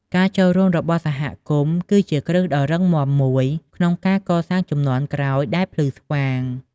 ការចូលរួមរបស់សហគមន៍ គឺជាគ្រឹះដ៏រឹងមាំមួយក្នុងការកសាងជំនាន់ក្រោយដែលភ្លឺស្វាង។